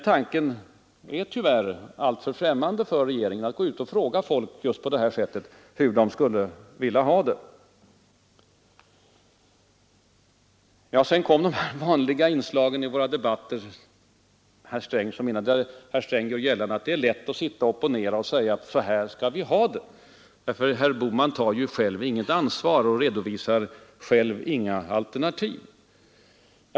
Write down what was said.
Tanken att på det här sättet fråga människorna hur de skulle vilja ha det är tyvärr alltför främmande för regeringen. Sedan kom de vanliga inslagen i herr Strängs och mina debatter. Herr Sträng gör gällande att det är lätt att opponera och säga att så här skall vi ha det, ”för herr Bohman tar ju själv inget ansvar och redovisar själv inga alternativ”.